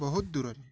ବହୁତ ଦୂରରେ